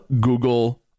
Google